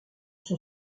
son